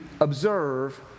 observe